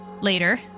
Later